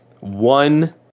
one